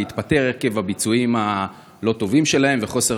להתפטר עקב הביצועים הלא-טובים שלהם וחוסר